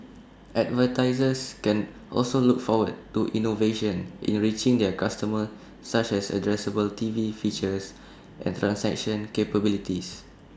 advertisers can also look forward to innovations in reaching their customers such as addressable TV features and transaction capabilities